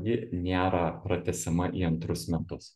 ji nėra pratęsiama į antrus metus